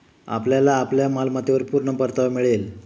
आपल्याला आपल्या मालमत्तेवर पूर्ण परतावा मिळेल